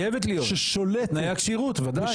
חייבת להיות, תנאי הכשירות, ודאי.